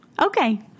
Okay